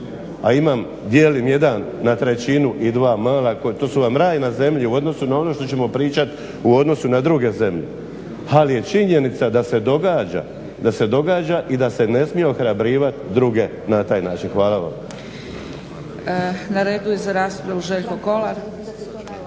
a imam jedan na trećinu i dva mala. To su vam raj na zemlji u odnosu na ono što ćemo pričati u odnosu na druge zemlje. Ali je činjenica da se događa i da se ne smije ohrabrivat druge na taj način. Hvala vam.